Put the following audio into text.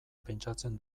pentsatzen